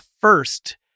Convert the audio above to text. first